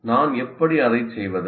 நான் எப்படி அதை செய்வது